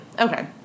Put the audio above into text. Okay